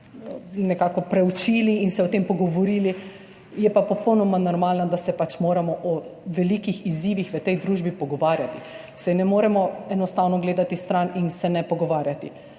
nekako preučili in se o tem pogovorili. Je pa popolnoma normalno, da se moramo o velikih izzivih v tej družbi pogovarjati. Saj ne moremo enostavno gledati stran in se ne pogovarjati.